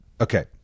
okay